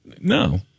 No